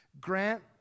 Grant